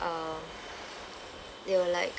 um they were like